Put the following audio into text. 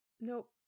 Nope